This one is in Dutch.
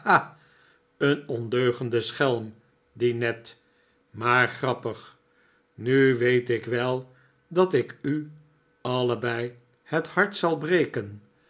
een ondeugende schelm die ned maar grappig nu weet ik wel dat ik u allebei het hart zal breken